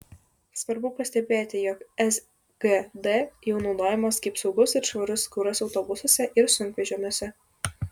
svarbu pastebėti jog sgd jau naudojamas kaip saugus ir švarus kuras autobusuose ir sunkvežimiuose